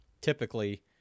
typically